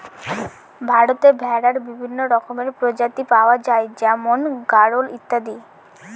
ভারতে ভেড়ার বিভিন্ন রকমের প্রজাতি পাওয়া যায় যেমন গাড়োল ইত্যাদি